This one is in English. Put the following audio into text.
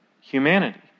humanity